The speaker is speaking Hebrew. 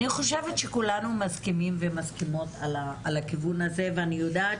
אני חושבת שכולנו מסכימים ומסכימות על הכיוון הזה ואני יודעת